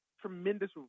tremendous